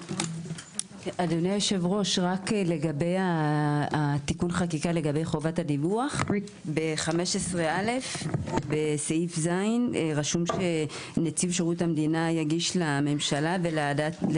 הישיבה ננעלה בשעה 10:57.